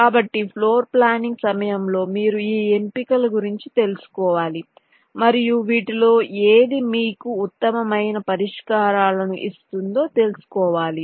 కాబట్టి ఫ్లోర్ప్లానింగ్ సమయంలో మీరు ఈ ఎంపికల గురించి తెలుసుకోవాలి మరియు వీటిలో ఏది మీకు ఉత్తమమైన పరిష్కారాలను ఇస్తుందో తెలుసుకోవాలి